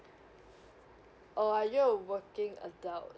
or are you a working adult